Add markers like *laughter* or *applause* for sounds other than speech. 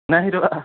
*unintelligible*